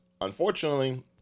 unfortunately